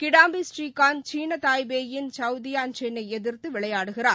கிடாம்பி ஸ்ரீகாந்த் சீன தாய்பேயின் Chou Tien Chen ஐ எதிர்த்து விளையாடுகிறார்